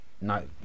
No